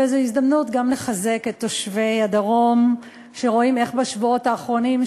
וזו הזדמנות גם לחזק את תושבי הדרום שרואים איך בשבועות האחרונים,